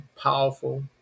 powerful